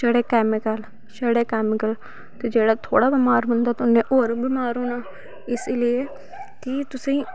छड़े कैमिकल छड़े कैमिकल ते जेह्ड़ा थोह्ड़ा बमार बी होंदा उन्नै होर बमार होना इस लेई कि तुसेंई